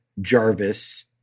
Jarvis